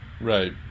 Right